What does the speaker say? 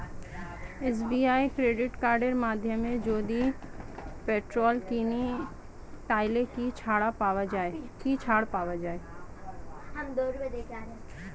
SBI credit কার্ডের মাধ্যমে যদি পেট্রোল কিনি তাহলে কি ছাড় পাওয়া যায়?